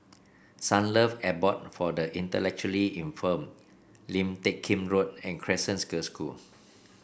Sunlove Abode for the Intellectually Infirmed Lim Teck Kim Road and Crescent Girls' School